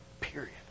Period